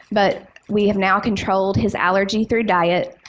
but we have now controlled his allergy through diet.